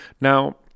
Now